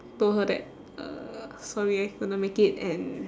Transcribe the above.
told her that uh sorry I couldn't make it and